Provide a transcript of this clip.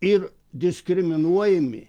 ir diskriminuojami